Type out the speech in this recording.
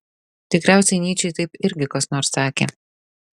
tikriausiai nyčei taip irgi kas nors sakė